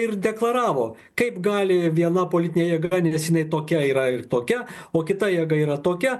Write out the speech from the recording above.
ir deklaravo kaip gali viena politinė jėga neseniai tokia yra ir tokia o kita jėga yra tokia